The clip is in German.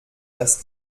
dass